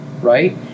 Right